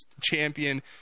champion